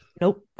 Nope